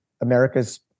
America's